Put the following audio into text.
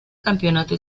campeonato